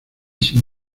sin